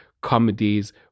Comedies